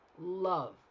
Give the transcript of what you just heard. love